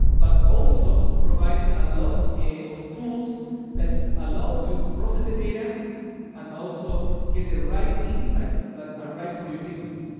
but also providing a lot of tools that allows you to process the data and also get the right insights that are right for your business.